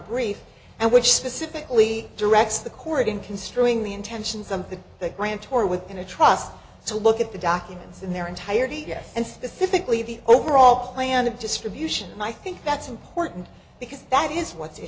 brief and which specifically directs the court in construing the intention something the grand tour with in a trust to look at the documents in their entirety yes and specifically the overall plan of distribution and i think that's important because that is what the